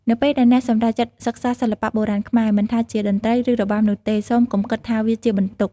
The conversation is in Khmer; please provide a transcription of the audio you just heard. នៅពេលដែលអ្នកសម្រេចចិត្តសិក្សាសិល្បៈបុរាណខ្មែរ មិនថាជាតន្ត្រី ឬរបាំនោះទេ សូមកុំគិតថាវាជាបន្ទុក។